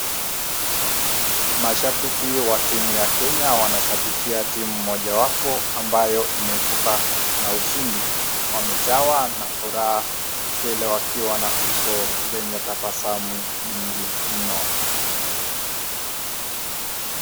Mashabiki wa timu ya Kenya wanashabikia timu mojawapo ambayo imeepuka na ushindi. Wamejawa na furaha tele wakiwa na uso zenye tabasamu mingi mno.